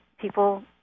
people